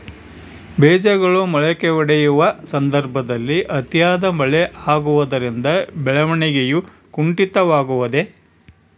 ಬೇಜಗಳು ಮೊಳಕೆಯೊಡೆಯುವ ಸಂದರ್ಭದಲ್ಲಿ ಅತಿಯಾದ ಮಳೆ ಆಗುವುದರಿಂದ ಬೆಳವಣಿಗೆಯು ಕುಂಠಿತವಾಗುವುದೆ?